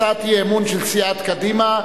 הצעת אי-אמון של סיעת קדימה,